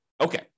Okay